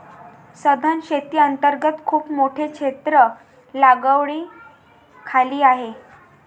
सधन शेती अंतर्गत खूप मोठे क्षेत्र लागवडीखाली आहे